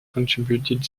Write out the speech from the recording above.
contributed